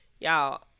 y'all